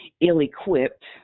ill-equipped